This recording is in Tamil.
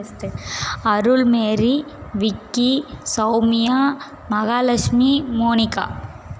first Arulmary Vicky Soumya Mahalakshmi Monica